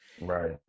Right